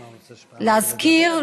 להזכיר,